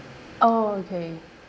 orh okay